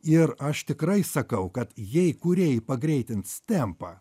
ir aš tikrai sakau kad jei kūrėjai pagreitins tempą